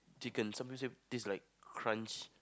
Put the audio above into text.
chicken some pieces taste like crunch